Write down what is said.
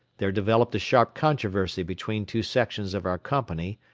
there developed a sharp controversy between two sections of our company,